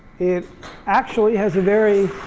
it actually has a very